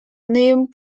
name